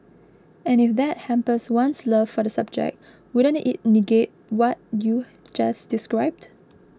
and if that hampers one's love for the subject wouldn't it negate what you've just described